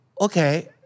okay